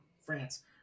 france